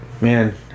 Man